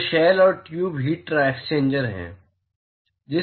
तो शेल और tube heat exchanger में